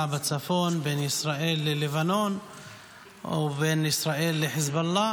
בצפון בין ישראל ללבנון או בין ישראל לחיזבאללה,